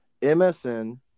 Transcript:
MSN